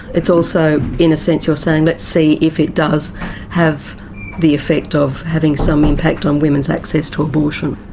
it's also, in a sense you're saying let's see if it does have the effect of having some impact on women's access to abortion?